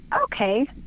okay